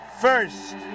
first